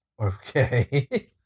okay